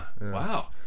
Wow